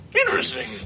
Interesting